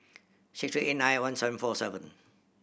six three eight nine one seven four seven